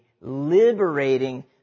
liberating